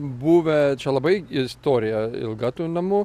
buvę čia labai istorija ilga tų namų